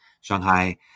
Shanghai